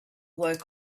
work